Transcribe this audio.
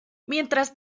mientras